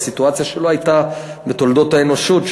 זו סיטואציה שלא הייתה בתולדות האנושות.